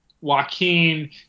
Joaquin